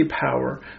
power